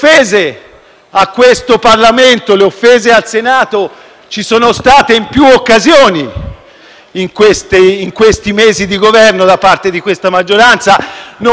ultimi mesi di Governo, da parte di questa maggioranza. Non voglio ritornare sulla tristissima vicenda dei brogli legati all'elezione